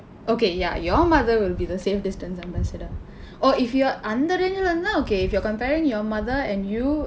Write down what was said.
okay ya your mother will be the safe distance ambassador or if you are அந்த:andtha rein இல்ல வந்தா:illa vandthaa okay if you're comparing your mother and you